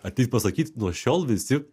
ateit pasakyt nuo šiol visi